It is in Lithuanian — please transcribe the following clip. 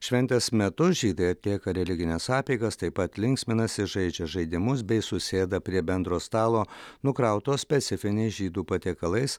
šventės metu žydai atlieka religines apeigas taip pat linksminasi žaidžia žaidimus bei susėda prie bendro stalo nukrauto specifiniais žydų patiekalais